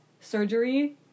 surgery